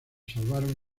salvaron